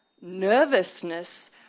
nervousness